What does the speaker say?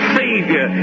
savior